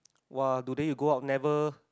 !wah! today you go out never